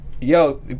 Yo